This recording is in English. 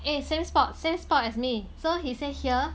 eh same spot same spot as me so he said here